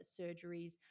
surgeries